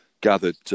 gathered